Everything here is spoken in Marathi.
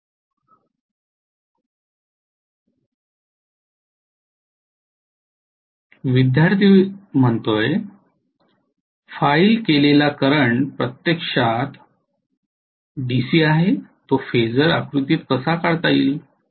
4 विद्यार्थीः फाईल केलेला करंट प्रत्यक्षात डीसी आहे तो फेझर आकृतीत कसा काढता येईल